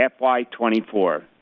FY24